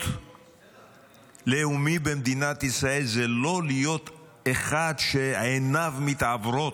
להיות לאומי במדינת ישראל זה לא להיות אחד שעיניו מתעוורות.